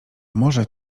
może